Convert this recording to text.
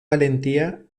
valentía